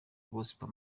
gospel